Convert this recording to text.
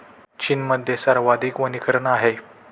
चीनमध्ये सर्वाधिक वनीकरण आहे